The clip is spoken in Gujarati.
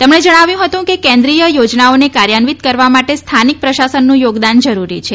તેમણે જણાવ્યું હતું કે કેન્દ્રીય યોજનાઓને કાર્યાન્વીત કરવા માટે સ્થાનિક પ્રશાસનનું યોગદાન જરુરી છે